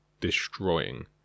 destroying